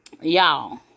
y'all